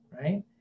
right